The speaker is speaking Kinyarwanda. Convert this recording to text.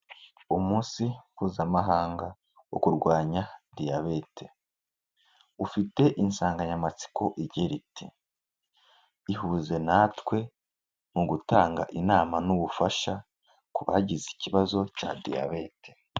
Umunsi mpuzamahanga wo kurwanya diyabete. Ufite insanganyamatsiko igira iti: "Ihuze natwe, mu gutanga inama n'ubufasha, ku bagize ikibazo cya Diyabete".